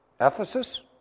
Ephesus